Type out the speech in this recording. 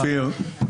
אופיר,